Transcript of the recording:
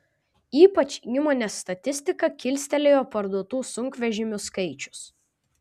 ypač įmonės statistiką kilstelėjo parduotų sunkvežimių skaičius